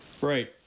Right